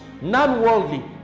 non-worldly